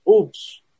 oops